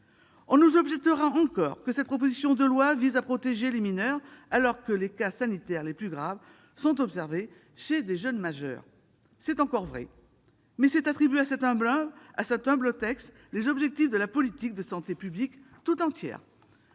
On nous objectera encore que cette proposition de loi vise à protéger les mineurs, alors que les cas sanitaires les plus graves sont observés chez de jeunes majeurs. C'est encore vrai, mais c'est attribuer à cet humble texte les objectifs de la politique de santé publique tout entière.